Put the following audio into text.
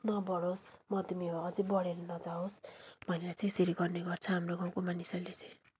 नबडोस् मधुमेह अझै बडेर नजाओस् भनेर चाहिँ यसरी गर्ने गर्छ हाम्रो गाउँको मानिसहरूले चाहिँ